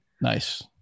Nice